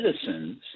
citizens